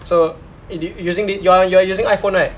so i~ if you using th~ you are you are using iphone right